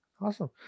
Awesome